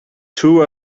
two